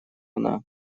она